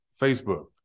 Facebook